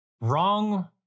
wrong